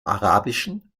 arabischen